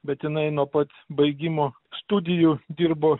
bet jinai nuo pat baigimo studijų dirbo